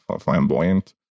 flamboyant